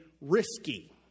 risky